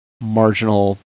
marginal